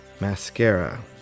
Mascara